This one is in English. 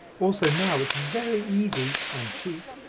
also now it's very easy, and cheap,